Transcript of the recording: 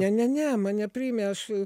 ne ne ne mane priėmė aš